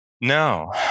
No